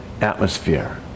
atmosphere